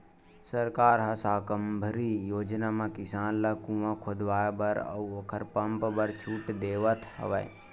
सरकार ह साकम्बरी योजना म किसान ल कुँआ खोदवाए बर अउ ओखर पंप बर छूट देवथ हवय